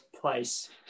place